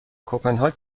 کپنهاک